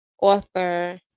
author